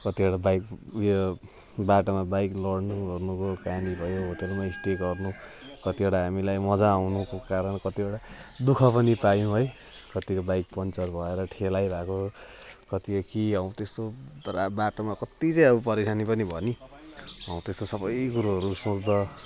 कतिवटा बाइक उयो बाटोमा बाइक लड्नुको ओर्नुको कहानी भयो होटेलमा स्टे गर्नु कतिवटा हामीलाई मजा आउनुको कारण कतिवटा दुःख पनि पायौँ है कतिको बाइक पङ्कचर भएर ठेलाइ भएको कतिको के हौ त्यस्तो तर अब बाटोमा कति चाहिँ अब परेशानी पनि भयो पनि हौ त्यस्तो सबै कुरोहरू सोच्दा